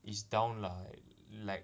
is down lah like